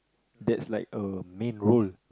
that's like a main role